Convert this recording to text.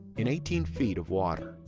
in eighteen feet of water.